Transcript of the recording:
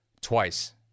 twice